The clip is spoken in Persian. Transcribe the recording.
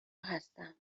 هستم